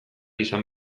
izan